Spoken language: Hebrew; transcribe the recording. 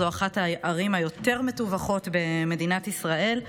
זו אחת הערים היותר-מטווחות במדינת ישראל.